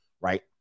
right